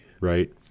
right